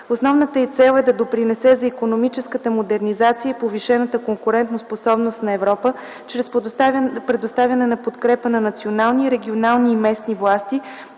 Основната й цел е да допринесе за икономическата модернизация и повишената конкурентоспособност на Европа чрез предоставяне на подкрепа на национални, регионални и местни власти,